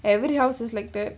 every houses like that